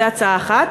זו הצעה אחת,